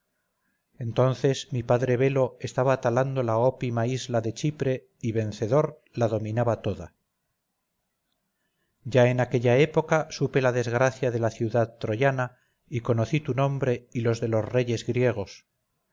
entonces mi padre belo estaba talando la ópima isla de chipre y vencedor la dominaba toda ya en aquella época supe la desgracia de la ciudad troyana y conocí tu nombre y los de los reyes griegos